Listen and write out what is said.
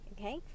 okay